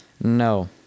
No